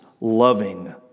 loving